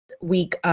week